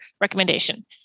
recommendation